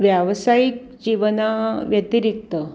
व्यावसायिक जीवनाव्यतिरिक्त